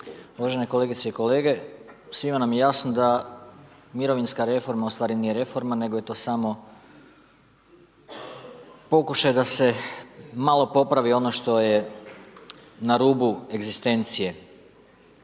Uvažene kolegice i kolege, svima nam je jasno da mirovinska reforma ustvari nije reforma nego je to samo pokušaj da se malo popravi ono što je na rubu egzistencije.